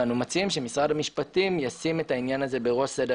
ואנו מציעים שמשרד המשפטים ישים את העניין הזה בראש סדר